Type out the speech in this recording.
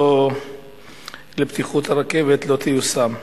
תוכניתו לבטיחות הרכבת לא תיושם.